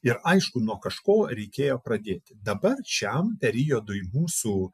ir aišku nuo kažko reikėjo pradėti dabar šiam periodui mūsų